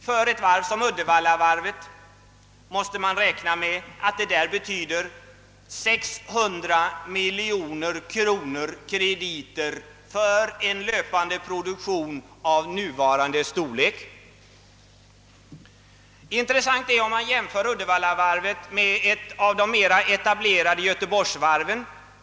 För ett varv som Uddevallavarvet måste man räkna med att detta innebär 600 miljoner kronor i krediter för en löpande produktion av nuvarande storlek. Det är intressant att göra en jämförelse mellan Uddevallavarvet och ett av de mera etablerade göteborgsvarven.